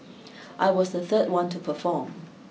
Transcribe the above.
I was the third one to perform